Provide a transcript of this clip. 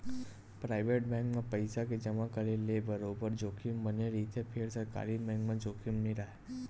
private bank म पइसा के जमा करे ले बरोबर जोखिम बने रहिथे फेर सरकारी बेंक म जोखिम नइ राहय